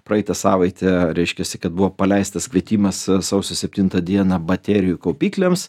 praeitą savaitę reiškiasi kad buvo paleistas kvietimas sausio septintą dieną baterijų kaupikliams